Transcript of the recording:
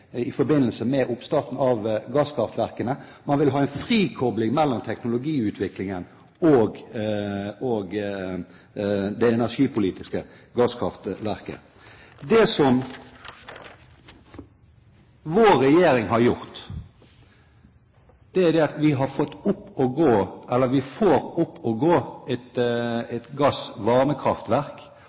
i forbindelse med oppstarten av gasskraftverkene, man vil ha en frikopling mellom teknologiutviklingen og det energipolitiske gasskraftverket. Det vår regjering gjør, er at vi får opp å gå et